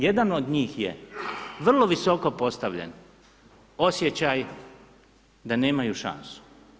Jedan od njih je vrlo visoko postavljen, osjećaj da nemaju šansu.